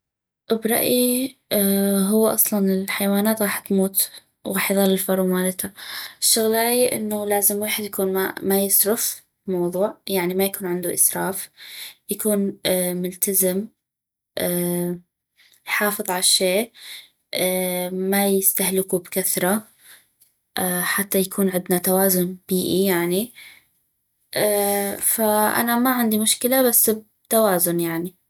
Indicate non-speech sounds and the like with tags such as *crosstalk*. برايي *hesitation* هو اصلا الحيوانات غاح تموت وغاح يظل الفرو مالتا الشغلاي انو الويحد لازم يكون ما يسرف موضوع يعني ما يكون عندو اسراف يكون ملتزم *hesitation* يحافظ عالشي *hesitation* ما يستهلكو بكثرة *hesitation* حتى يكون عدنا توازن بيئي يعني *hesitation* فانا ما عندي مشكلة بس بتوازن يعني